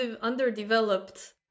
underdeveloped